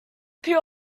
pure